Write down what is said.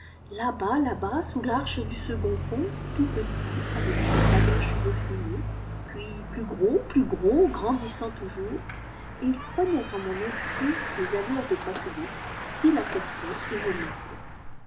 là-bas là-bas sous l'arche du second pont tout petit avec son panache de fumée puis plus gros plus gros grandissant toujours et il prenait en mon esprit des allures de paquebot ii accostait et je montais